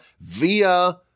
via